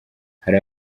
hari